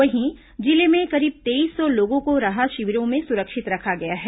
वहीं जिले में करीब तेईस सौ लोगों को राहत शिविरों में सुरिक्षत रखा गया है